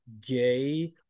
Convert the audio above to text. gay